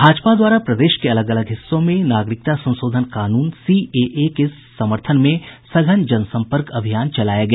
भाजपा द्वारा प्रदेश के अलग अलग हिस्सों में नागरिकता संशोधन कानून सीएए के समर्थन में सघन जनसम्पर्क अभियान चलाया गया